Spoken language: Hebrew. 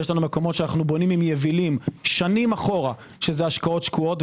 יש מקומות שאנחנו בונים מין יבילים שנים אחורה שזה השקיעות שקועות,